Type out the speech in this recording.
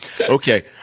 Okay